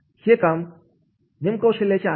हे काम निमकौशल्याचे आहे का